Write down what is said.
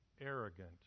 arrogant